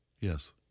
Yes